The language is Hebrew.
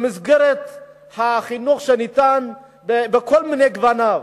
במסגרת החינוך שניתן בכל מיני גוונים.